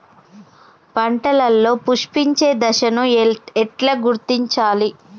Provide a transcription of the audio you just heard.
పంటలలో పుష్పించే దశను ఎట్లా గుర్తించాలి?